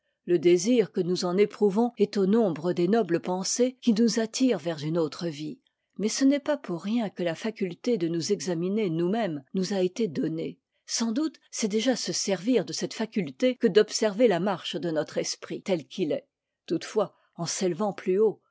le désir que nous en éprouvons est au nombre des nobles pensées qui nous attirent vers une autre vie mais ce n'est pas pour rien que la faculté de nous examiner nous-mêmes nous a été donnée sans doute c'est déjà se servir de cette faculté que d'observer la marche de notre esprit tel qu'il est toutefois en s'élevant plus haut